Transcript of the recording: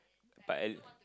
but at l~